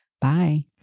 Bye